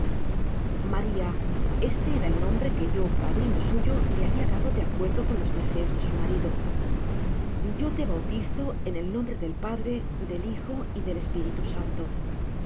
maria este era el nombre que yo padrino suyo le habia dado de acuerdo con los deseos de su marido yo te bautizo en nombre del padre del hijo y del espiritu santo